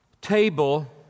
table